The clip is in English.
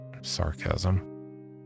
Sarcasm